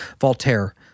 Voltaire